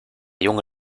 junge